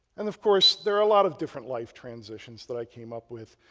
and of course, there are a lot of different life transitions that i came up with.